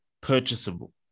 purchasable